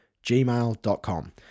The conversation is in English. gmail.com